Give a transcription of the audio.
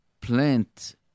plant